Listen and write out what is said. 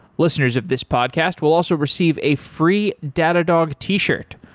listeners of this podcast will also receive a free datadog t-shirt.